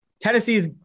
Tennessee's